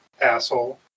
Asshole